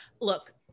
look